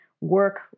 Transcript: work